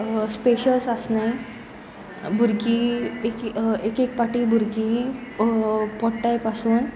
स्पेशयस आसनाय भुरगीं एक एक एक पाटी भुरगीं पडटाय पासून